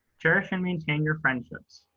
cherish and maintain your friendships,